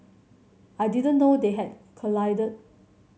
I didn't know they had collided